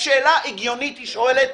שאלה הגיונית היא שואלת,